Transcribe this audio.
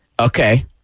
okay